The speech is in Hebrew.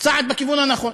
צעד בכיוון הנכון,